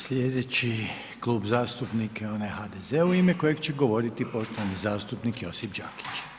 Sljedeći Klub zastupnika je onaj HDZ-a u ime kojeg će govoriti poštovani zastupnik Josip Đakić.